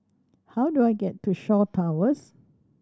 how do I get to Shaw Towers